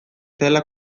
zela